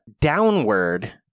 downward